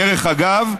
דרך אגב,